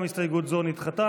גם הסתייגות זו נדחתה.